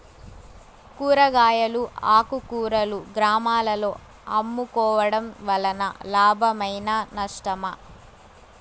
కూరగాయలు ఆకుకూరలు గ్రామాలలో అమ్ముకోవడం వలన లాభమేనా నష్టమా?